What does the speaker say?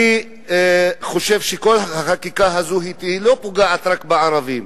אני חושב שכל החקיקה הזאת לא פוגעת רק בערבים.